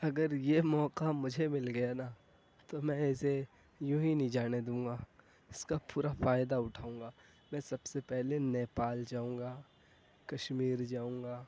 اگر یہ موقع مجھے مل گیا نہ تو میں اسے یونہی نہیں جانے دوں گا اس کا پورا فائدہ اٹھاؤں گا میں سب سے پہلے نیپال جاؤں گا کشمیر جاؤں گا